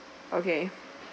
okay